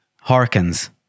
Harkins